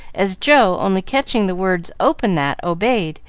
as joe, only catching the words open that! obeyed,